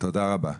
תודה רבה.